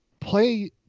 play